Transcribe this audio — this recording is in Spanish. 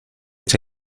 eres